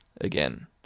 again